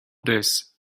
this